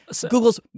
Google's